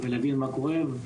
ולהבין מה קורה.